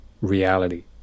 reality